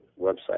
website